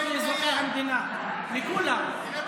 אנדרלמוסיה, הפקרות.